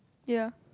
ya